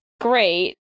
great